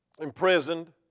imprisoned